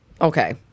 Okay